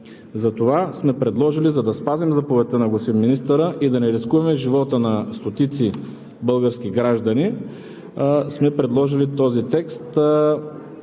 Затова, за да спазим заповедта на господин министъра и да не рискуваме живота на стотици български граждани, сме предложили този текст,